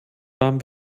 warm